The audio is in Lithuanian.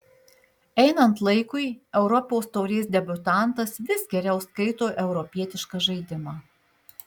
einant laikui europos taurės debiutantas vis geriau skaito europietišką žaidimą